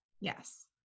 Yes